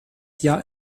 jahr